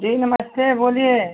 जी नमस्ते बोलिए